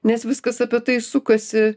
nes viskas apie tai sukasi